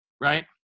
right